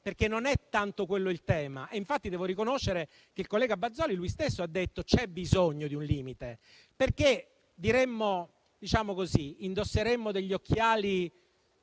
perché non è tanto quello il tema. Devo riconoscere che il collega Bazoli stesso ha detto che c'è bisogno di un limite, perché indosseremo degli occhiali